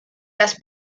las